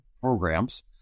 programs